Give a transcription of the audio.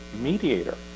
mediator